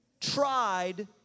tried